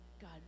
God